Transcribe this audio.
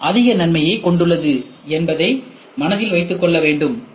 M அதிக நன்மையை கொண்டுள்ளது என்பதை மனதில் வைத்துக்கொள்ள வேண்டும்